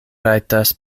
rajtas